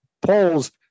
polls